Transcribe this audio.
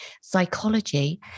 psychology